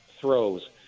throws